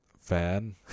fan